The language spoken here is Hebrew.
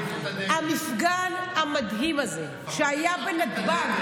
המפגן המדהים הזה שהיה בנתב"ג,